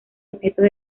objetos